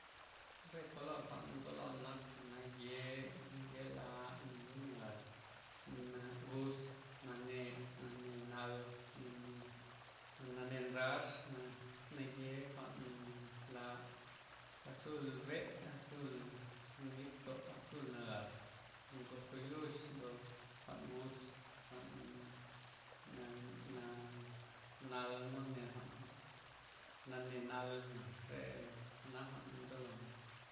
Re kolor jwa'n nzolon nak, naye', naye' laa, naye nagat, na- gus, nane', nane nlal, na- nane' ndrax, na' naye' jwa'n la, azul be'. azul nit to', azul nagat, nzo koyux, nzo jwa'n gus, jwa'n na- na nalmod nya. jwa'n nane' nalna' re jwa'naja ncholon.